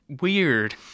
weird